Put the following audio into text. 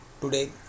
Today